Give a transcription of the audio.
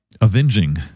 avenging